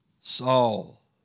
Saul